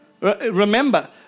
Remember